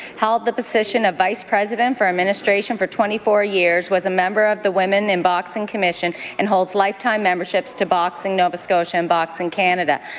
held the position of vice-president of administration for twenty four years, was a member of the women in boxing commission, and holds lifetime memberships to boxing nova scotia and boxing canada.